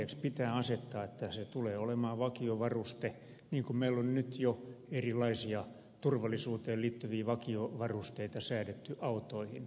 tavoitteeksi pitää asettaa että se tulee olemaan vakiovaruste niin kuin meillä on nyt jo erilaisia turvallisuuteen liittyviä vakiovarusteita säädetty autoihin